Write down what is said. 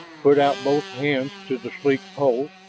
put out both hands to the sleek pole,